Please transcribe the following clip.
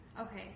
Okay